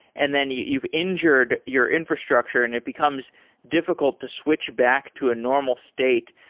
and then you've you've injured your infrastructure and it becomes difficult to switch back to a normal state.